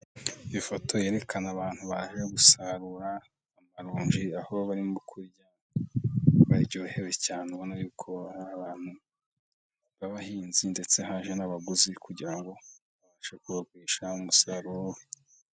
Iyi foto yerekana abantu baje gusarura amaronji aho barimo kurya baryohewe cyane ubona abantu bhinzi ndetse haje n'abaguzi kugira ngo babashe kubagurisha umusaruro.